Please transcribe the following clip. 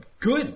good